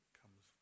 comes